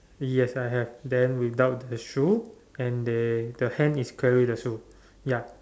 yes I have then without the shoes and they the hand is carry the shoes ya